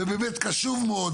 ובאמת קשוב מאוד,